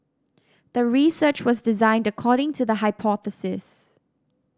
the research was designed according to the hypothesis